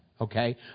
okay